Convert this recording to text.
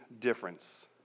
difference